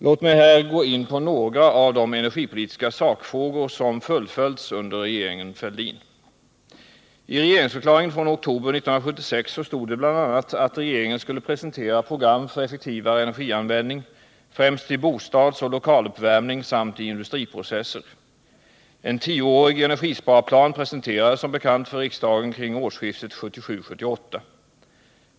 Låt mig här gå in på några av de energipolitiska sakfrågor som fullföljts under regeringen Fälldin. I regeringsförklaringen från oktober 1976 stod det bl.a. att regeringen skulle presentera program för effektivare energianvändning främst i bostadsoch lokaluppvärmning samt i industriprocesser. En tioårig energisparplan presenterades som bekant för riksdagen kring årsskiftet 1977-1978.